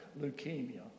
leukemia